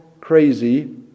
crazy